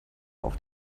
auf